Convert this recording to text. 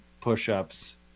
push-ups